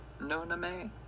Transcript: Noname